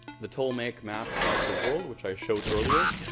the ptolemy map of the world, which i showed earlier.